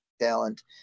talent